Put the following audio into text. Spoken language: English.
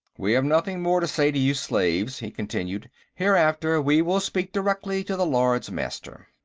we have nothing more to say to you slaves, he continued. hereafter, we will speak directly to the lords-master.